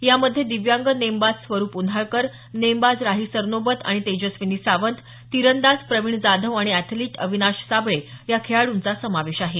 यामध्ये दिव्यांग नेमबाज स्वरूप उन्हाळकर नेमबाज राही सरनोबत आणि तेजस्विनी सावंत तीरंदाज प्रवीण जाधव आणि अॅथलीट अविनाश साबळे या खेळाडूचा समावेश आहे